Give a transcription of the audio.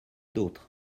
d’autres